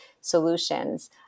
solutions